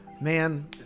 Man